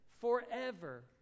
forever